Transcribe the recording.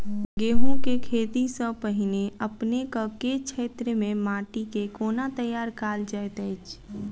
गेंहूँ केँ खेती सँ पहिने अपनेक केँ क्षेत्र मे माटि केँ कोना तैयार काल जाइत अछि?